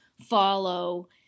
follow